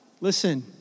Listen